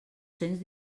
cents